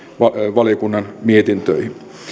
valiokunnan mietintöön